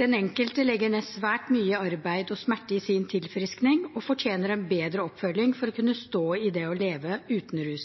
Den enkelte legger ned svært mye arbeid og smerte i sin tilfriskning og fortjener en bedre oppfølging for å kunne stå i det å leve uten rus.